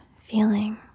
feeling